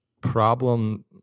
problem